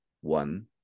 one